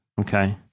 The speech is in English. Okay